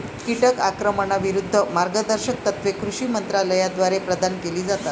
कीटक आक्रमणाविरूद्ध मार्गदर्शक तत्त्वे कृषी मंत्रालयाद्वारे प्रदान केली जातात